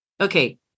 okay